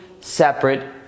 separate